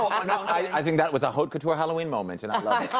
i think that was a haut couture halloween moment, and i